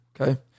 Okay